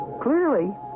clearly